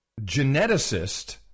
geneticist